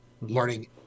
learning